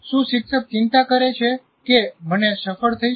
શું શિક્ષક ચિંતા કરે છે કે મને સફળ થઈશ